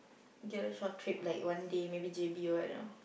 get a short trip like one day maybe j_b or what know